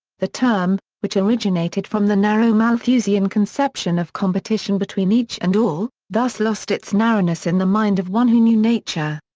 the term, which originated from the narrow malthusian conception of competition between each and all, thus lost its narrowness in the mind of one who knew nature.